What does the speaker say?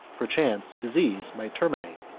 perchance, disease might terminate.